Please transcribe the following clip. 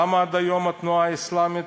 למה עד היום התנועה האסלאמית,